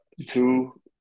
Two